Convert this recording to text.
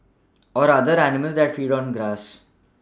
or other animals that feed on grass